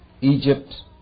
Egypt